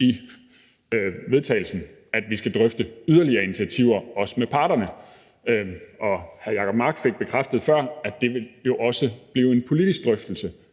i vedtagelsen, at vi skal drøfte yderligere initiativer, også med parterne. Og hr. Jacob Mark fik bekræftet før, at det jo også vil blive en politisk drøftelse,